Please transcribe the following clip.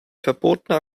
verbotene